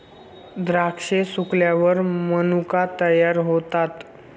द्राक्षे सुकल्यावर मनुका तयार होतात